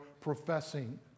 professing